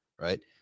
Right